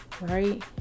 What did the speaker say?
right